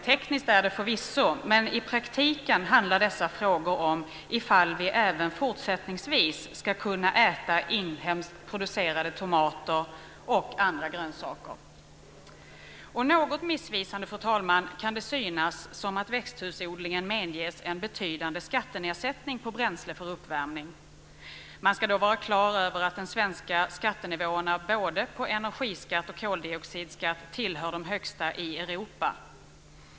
Det är förvisso tekniskt, men i praktiken handlar det om ifall vi även fortsättningsvis ska kunna äta inhemskt producerade tomater och andra grönsaker. Och något missvisande kan det synas som att växthusodlingen medges en betydande skattenedsättning på bränsle för uppvärmning. Man ska då vara klar över att de svenska skattenivåerna både på energiskatt och på koldioxidskatt tillhör de högsta i Europa.